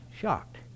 shocked